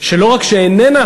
שלא רק שאיננה,